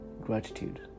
Gratitude